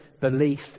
belief